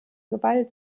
gewalt